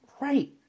right